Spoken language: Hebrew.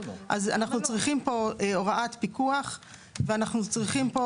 אז אנחנו צריכים פה הוראת פיקוח ואנחנו צריכים פה